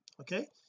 okay